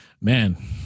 Man